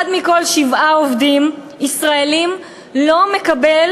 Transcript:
אחד מכל שבעה עובדים ישראלים לא מקבל